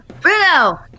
Bruno